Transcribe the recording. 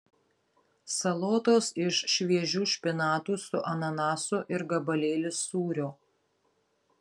salotos iš šviežių špinatų su ananasu ir gabalėlis sūrio